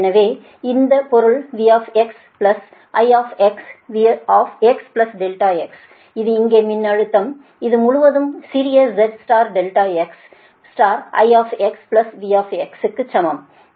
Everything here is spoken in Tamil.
இதன் பொருள் V plus I V x ∆x இது இங்கே மின்னழுத்தம் இது முழுவதும் சிறிய z ∆x I V க்கு சமம்